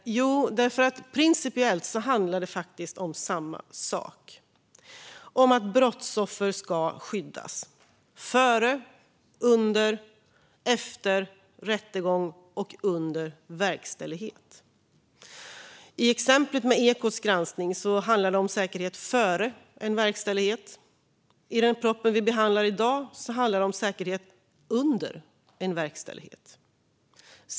Jo, därför att det principiellt handlar om samma sak. Det handlar om att brottsoffer ska skyddas före, under och efter rättegång och under verkställighet. I exemplet med Ekots granskning handlar det om säkerhet före en verkställighet. I propositionen vi behandlar i dag handlar det om säkerhet under en verkställighet.